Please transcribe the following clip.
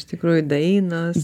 iš tikrųjų dainos